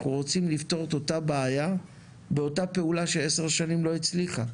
שאנחנו רוצים לפתור את אותה בעיה באותה פעולה שעשר שנים לא הצליחה.